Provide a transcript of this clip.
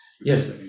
yes